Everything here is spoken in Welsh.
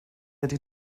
ydy